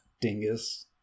dingus